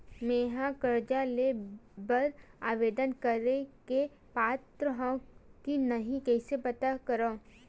मेंहा कर्जा ले बर आवेदन करे के पात्र हव की नहीं कइसे पता करव?